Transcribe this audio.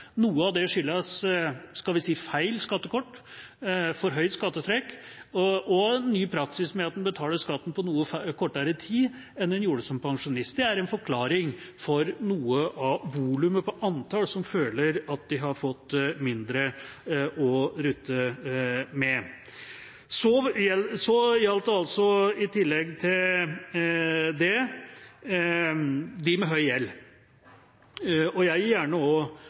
skal vi si – feil skattekort, for høyt skattetrekk og ny praksis med at en betaler skatten på noe kortere tid enn en gjorde som pensjonist. Det er en forklaring på noe av volumet på antallet som føler at de har fått mindre å rutte med. I tillegg til det gjelder det dem med høy gjeld. Jeg gir gjerne